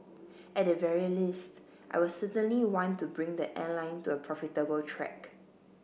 at the very least I will certainly want to bring the airline to a profitable track